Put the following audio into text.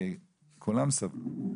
וכולם סבלו.